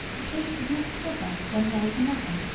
a cape is not a cover when there is another,